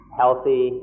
healthy